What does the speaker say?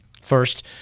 First